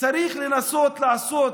צריך לנסות לעשות